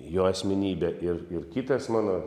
jo asmenybė ir ir kitas mano